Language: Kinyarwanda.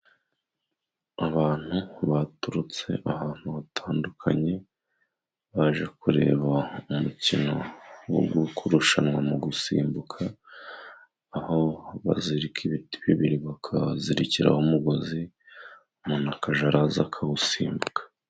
Abantu baturutse ahantu hatandukanye baje kureba umukino wo kurushanwa mu gusimbuka, aho bazirika ibiti bibiri bakazirikiraho umugozi, umuntu akajya aza akawusimbuka.